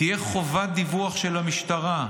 תהיה חובת דיווח של המשטרה,